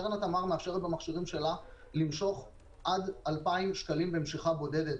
קרן התמר מאפשרת במכשירים שלה למשוך עד 2,000 שקלים במשיכה בודדת.